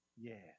Yes